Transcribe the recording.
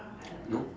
nope